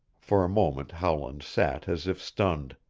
for a moment howland sat as if stunned.